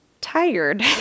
tired